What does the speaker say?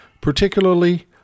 particularly